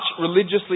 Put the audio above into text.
religiously